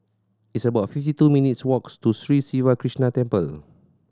it's about fifty two minutes' walks to Sri Siva Krishna Temple